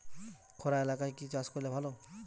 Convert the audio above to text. খরা এলাকায় কি চাষ করলে ভালো?